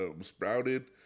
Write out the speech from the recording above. Sprouted